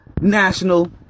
national